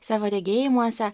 savo regėjimuose